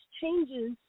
changes